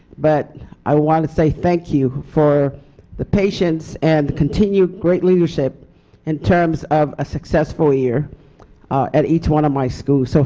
but i want to say thank you for the patients, and continued great leadership in terms of a successful year at each one of my schools. so